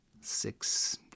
six